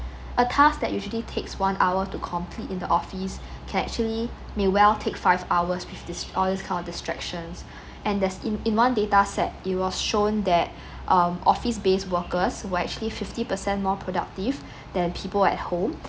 a task that usually takes one hour to complete in the office can actually may well take five hours with these all these kind of distractions and that's in in one data set it was shown that office based workers were actually fifty percent more productive than people at home